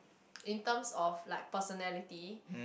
in terms of like personality